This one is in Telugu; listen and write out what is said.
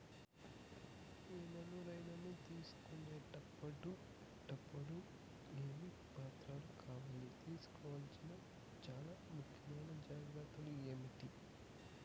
ఇన్సూరెన్సు తీసుకునేటప్పుడు టప్పుడు ఏమేమి పత్రాలు కావాలి? తీసుకోవాల్సిన చానా ముఖ్యమైన జాగ్రత్తలు ఏమేమి?